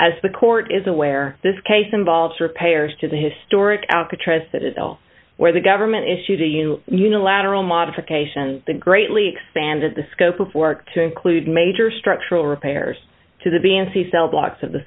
as the court is aware this case involves repairs to the historic alcatraz citadel where the government issued to you unilateral modifications the greatly expanded the scope of work to include major structural repairs to the b n c cellblocks of the